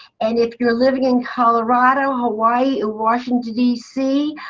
and if you're living in colorado, hawaii, washington dc,